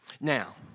Now